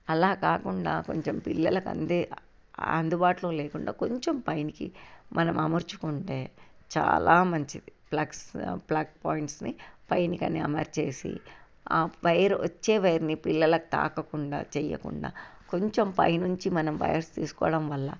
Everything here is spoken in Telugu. అలా కాకుండా కొంచెం పిల్లలకి అందే అందుబాటులో లేకుండా కొంచెం పైకి మనం అమర్చుకుంటే చాలా మంచిది ప్లగ్స్ ప్లగ్ పాయింట్స్ని పైకి అనీ అమర్చేసి ఆ వైరు వచ్చే వైర్ని మీ పిల్లలకు తాకకుండా చేయకుండా కొంచెం పైనుంచి మనం వైర్స్ తీసుకోవడం వల్ల